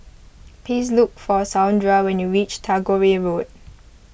please look for Saundra when you reach Tagore Road